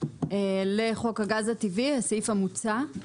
לחוק הגז הטבעי, הסעיף המוצע.